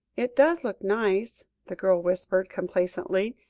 it does look nice, the girl whispered complacently,